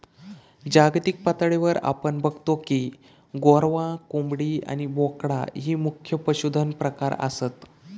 जागतिक पातळीवर आपण बगतो की गोरवां, कोंबडी आणि बोकडा ही मुख्य पशुधन प्रकार आसत